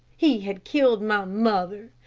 he had killed my mother.